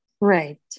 Right